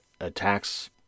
attacks